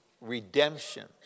redemption